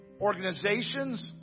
organizations